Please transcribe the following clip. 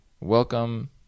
Welcome